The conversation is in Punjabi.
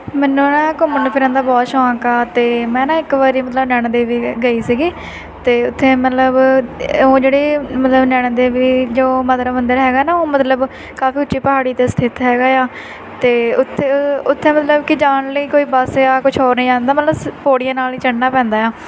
ਮੈਨੂੰ ਨਾ ਘੁੰਮਣ ਫਿਰਨ ਦਾ ਬਹੁਤ ਸ਼ੌਂਕ ਆ ਅਤੇ ਮੈਂ ਨਾ ਇੱਕ ਵਾਰੀ ਮਤਲਬ ਨੈਣਾ ਦੇਵੀ ਗਈ ਸੀਗੀ ਅਤੇ ਉੱਥੇ ਮਤਲਬ ਉਹ ਜਿਹੜੇ ਮਤਲਬ ਨੈਣਾ ਦੇਵੀ ਜੋ ਮਾਤਾ ਦਾ ਮੰਦਰ ਹੈਗਾ ਨਾ ਉਹ ਮਤਲਬ ਕਾਫੀ ਉੱਚੀ ਪਹਾੜੀ 'ਤੇ ਸਥਿਤ ਹੈਗਾ ਆ ਅਤੇ ਉੱਥੇ ਉੱਥੇ ਮਤਲਬ ਕਿ ਜਾਣ ਲਈ ਕੋਈ ਬੱਸ ਜਾਂ ਕੁਛ ਹੋਰ ਨਹੀਂ ਜਾਂਦਾ ਮਤਲਬ ਸ ਪੌੜੀਆਂ ਨਾਲ ਹੀ ਚੜਨਾ ਪੈਂਦਾ ਆ